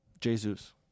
Jesus